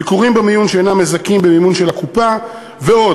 ביקורים בחדר מיון שאינם מזכים במימון של הקופה ועוד.